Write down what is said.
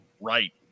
right